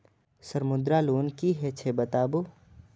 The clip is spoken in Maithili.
सर मुद्रा लोन की हे छे बताबू?